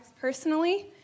personally